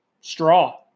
straw